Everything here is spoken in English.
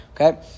Okay